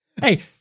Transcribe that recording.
hey